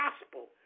gospel